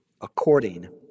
according